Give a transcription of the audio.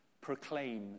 proclaim